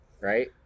right